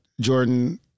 Jordan